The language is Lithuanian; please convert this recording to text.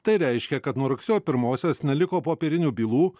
tai reiškia kad nuo rugsėjo pirmosios neliko popierinių bylų